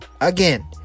again